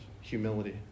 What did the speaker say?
Humility